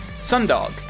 sundog